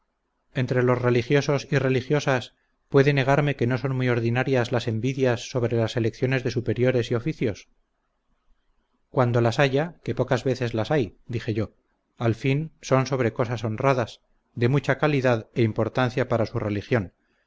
entre los religiosos y religiosas puede negarme que no son muy ordinarias las envidias sobre las elecciones de superiores y oficios cuando las haya que pocas veces las hay dije yo al fin son sobre cosas honradas de mucha calidad e importancia para su religión